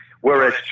Whereas